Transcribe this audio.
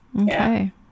okay